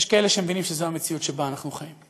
יש כאלה שמבינים שזו המציאות שבה אנו חיים.